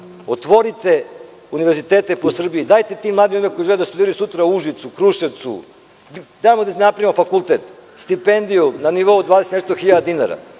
Otvorite univerzitete po Srbiji. Dajte tim mladim ljudima koji žele da studiraju sutra u Užicu, Kruševcu, tamo da napravimo fakultet, stipendiju na nivou dvadeset i nešto hiljada dinara.